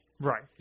Right